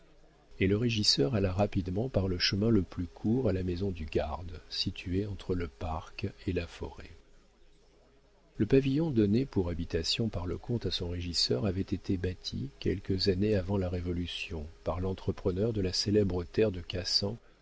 et le régisseur alla rapidement par le chemin le plus court à la maison du garde située entre le parc et la forêt le pavillon donné pour habitation par le comte à son régisseur avait été bâti quelques années avant la révolution par l'entrepreneur de la célèbre terre de cassan